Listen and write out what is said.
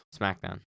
SmackDown